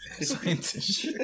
Scientist